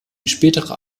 späterer